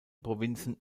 provinzen